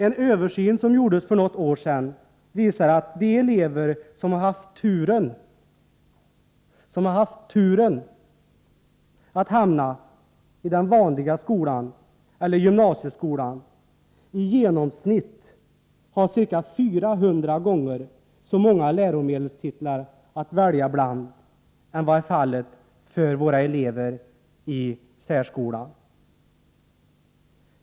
En översyn som gjordes för något år sedan visade att de elever som har haft turen att hamna i den vanliga grundskolan eller gymnasieskolan i genomsnitt har ca 400 gånger så många läromedelstitlar att välja bland som eleverna i särskolan.